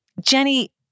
jenny